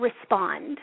respond